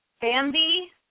Bambi